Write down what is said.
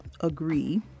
agree